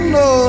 no